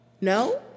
No